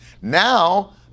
Now